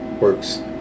works